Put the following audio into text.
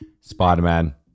spider-man